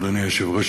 אדוני היושב-ראש,